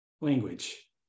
language